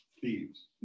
thieves